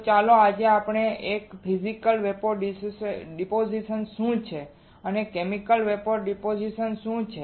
તો ચાલો આજે આપણે જોઈએ કે ફિઝિકલ વેપોર ડીપોઝીશન શું છે અને કેમિકલ વેપોર ડીપોઝીશન શું છે